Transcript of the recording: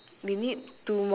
colour floor right